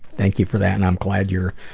thank you for that. and i'm glad you're,